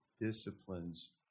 disciplines